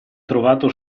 trovato